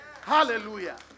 hallelujah